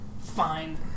Fine